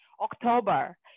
October